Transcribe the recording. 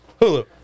Hulu